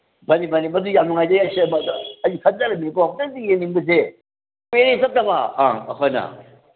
ꯃꯥꯅꯤ ꯃꯥꯅꯤ ꯃꯗꯨ ꯌꯥꯝ ꯅꯨꯡꯉꯥꯏꯖꯩ ꯑꯩꯁ ꯑꯩ ꯈꯟꯖꯔꯤꯝꯅꯤꯀꯣ ꯑꯝꯇꯗꯤ ꯌꯦꯡꯅꯤꯡꯕꯁꯦ ꯀꯨꯏꯔꯦ ꯆꯠꯇꯕ ꯑ ꯑꯩꯈꯣꯏꯅ